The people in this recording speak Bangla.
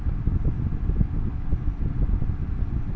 জিরো ব্যালেন্স একাউন্ট কিভাবে খোলা হয়?